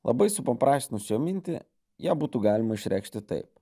labai supaprastinus jo mintį ją būtų galima išreikšti taip